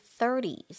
30s